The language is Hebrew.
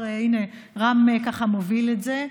הינה, רם ככה מוביל את זה.